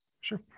Sure